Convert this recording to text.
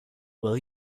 will